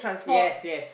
yes yes